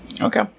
Okay